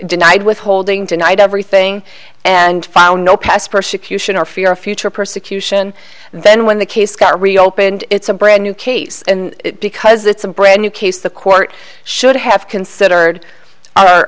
denied withholding tonight everything and found no past persecution or fear of future persecution and then when the case got reopened it's a brand new case and because it's a brand new case the court should have considered